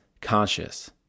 conscious